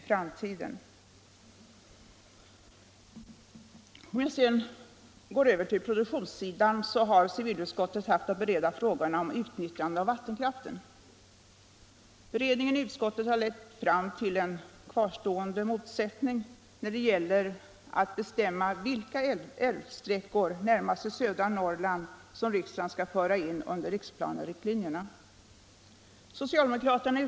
Utskottet har särskilt påverkat informationsansvaret även för sådana myndigheter som bostadsstyrelsen och planverket. Utskottet har också förutsatt att regeringen följer det kommunala arbetet i den här delen så att det kan utvecklas under bästa möjliga förutsättningar.